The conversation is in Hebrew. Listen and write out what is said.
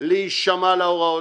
להישמע להוראות,